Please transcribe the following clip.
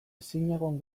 ezinegon